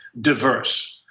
diverse